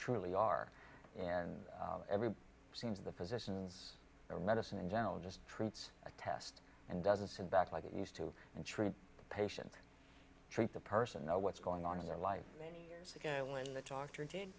truly are and every seems the physicians or medicine in general just treats a test and doesn't sit back like it used to and treat the patient treat the person know what's going on in their life many years ago when the doctor did